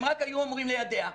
הם רק היו אמורים ליידע.